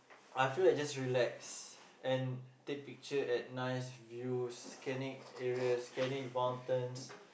I feel like just relax and take pictures at nice views scenic areas scenic mountains